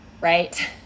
right